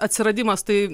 atsiradimas tai